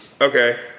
Okay